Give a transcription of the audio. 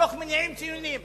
מתוך מניעים ציוניים.